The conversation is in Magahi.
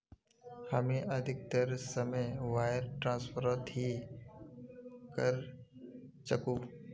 हामी अधिकतर समय वायर ट्रांसफरत ही करचकु